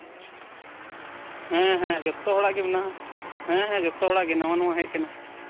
ᱦᱮᱸᱦᱮᱸ ᱡᱚᱛᱚ ᱦᱚᱲᱟᱜ ᱜᱮ ᱢᱮᱱᱟᱜᱼᱟ ᱦᱮᱸᱦᱮᱸ ᱡᱚᱛᱚ ᱦᱚᱲᱟᱜ ᱜᱮ ᱱᱟᱣᱟᱼᱱᱟᱣᱟ ᱦᱮᱡ ᱠᱟᱱᱟ